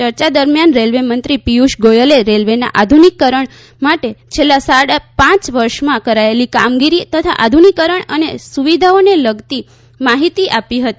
ચર્ચા દરમ્યાન રેલવેમંત્રી પિયુષ ગોયલે રેલવેના આધુનિકરણ માટે છેલ્લાં સાડા પાંચ વર્ષમાં કરાયેલી કામગીરી તથા આધુનીકરણ અને સુવિધાઓને લગતી માહિતી આપી હતી